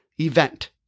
event